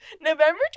November